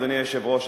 אדוני היושב-ראש,